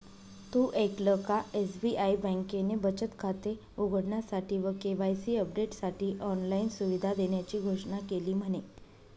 तु ऐकल का? एस.बी.आई बँकेने बचत खाते उघडण्यासाठी व के.वाई.सी अपडेटसाठी ऑनलाइन सुविधा देण्याची घोषणा केली म्हने